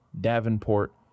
Davenport